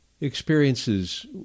Experiences